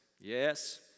yes